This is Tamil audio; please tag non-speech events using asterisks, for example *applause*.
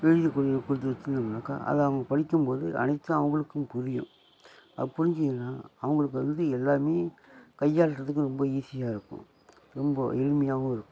எழுதி *unintelligible* கொடுத்து வச்சுருந்தோம்னாக்கா அதை அவங்க படிக்கும்போது அனைத்தும் அவங்களுக்கும் புரியும் புரிஞ்சுதுனா அவங்களுக்கு வந்து எல்லாமே கையாள்றதுக்கு ரொம்ப ஈஸியாக இருக்கும் ரொம்ப எளிமையாகவும் இருக்கும்